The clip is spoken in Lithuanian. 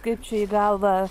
kaip čia į galvą